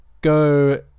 Go